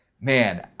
man